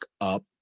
up